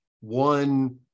one